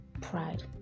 pride